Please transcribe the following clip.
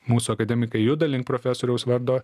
mūsų akademikai juda link profesoriaus vardo